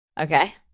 Okay